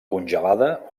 congelada